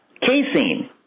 casein